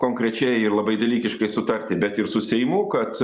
konkrečiai ir labai dalykiškai sutarti bet ir su seimu kad